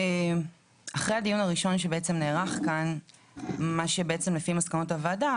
אחרי הדיון הראשון שנערך כאן מה שבעצם לפי מסקנות הוועדה